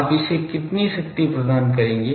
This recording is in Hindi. आप इसे कितनी शक्ति प्रदान करेंगे